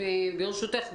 ברשותך,